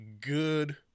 good